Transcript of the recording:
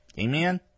Amen